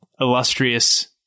illustrious